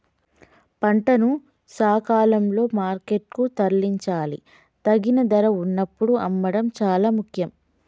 పంటను సకాలంలో మార్కెట్ కు తరలించాలి, తగిన ధర వున్నప్పుడు అమ్మడం చాలా ముఖ్యం